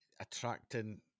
attracting